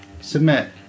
Submit